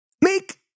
Make